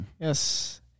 Yes